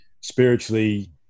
spiritually